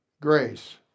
grace